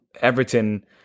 Everton